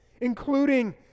including